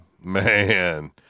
Man